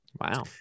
Wow